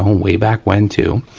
way back when too.